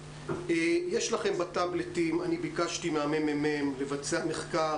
ביקשתי ממרכז המידע והמחקר של הכנסת לבצע מחקר